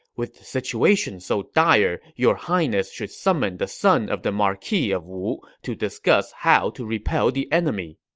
with the situation so dire, your highness should summon the son of the marquis of wu to discuss how to repel the enemy.